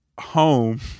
home